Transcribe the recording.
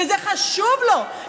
שזה חשוב לו,